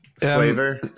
Flavor